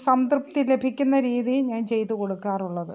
സംതൃപ്തി ലഭിക്കുന്ന രീതിയിൽ ഞാൻ ചെയ്തു കൊടുക്കാറുള്ളത്